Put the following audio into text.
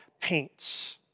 paints